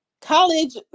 College